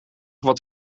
wat